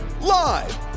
Live